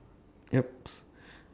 yup